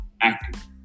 active